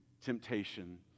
temptation